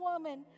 woman